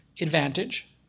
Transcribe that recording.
advantage